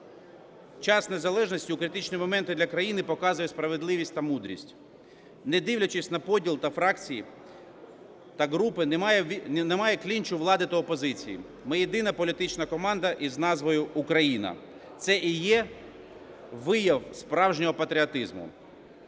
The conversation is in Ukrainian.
час незалежності у критичні моменти для країни показує справедливість та мудрість. Не дивлячись на поділ на фракції та групи, немає клінчу влади до опозиції, ми єдина політична команда із назвою "Україна". Це і є вияв справжнього патріотизму.